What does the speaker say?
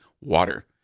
water